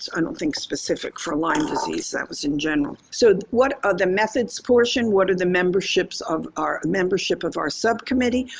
i don't think, specific for lyme disease. that was in general. so, what are the methods portions, what are the memberships of our membership of our subcommittee?